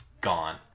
gone